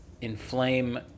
inflame